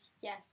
yes